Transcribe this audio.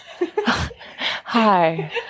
Hi